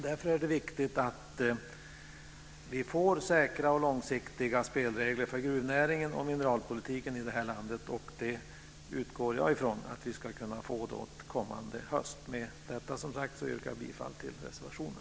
Därför är det viktigt att vi får säkra och långsiktiga spelregler för gruvnäringen och mineralpolitiken i det här landet. Jag utgår från att vi ska kunna få detta den kommande hösten. Med detta yrkar jag bifall till reservationen.